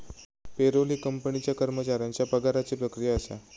payroll ही कंपनीच्या कर्मचाऱ्यांच्या पगाराची प्रक्रिया असा